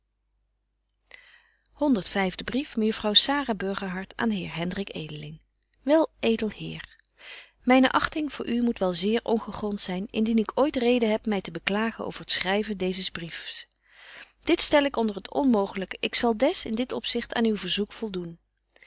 brief mejuffrouw sara burgerhart aan den heer hendrik edeling wel edel heer myne achting voor u moet wel zeer ongegront zyn indien ik ooit reden heb my te beklagen over het schryven deezes briefs dit stel ik onder het onmooglyke ik zal des in dit opzicht aan uw verzoek voldoen